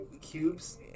cubes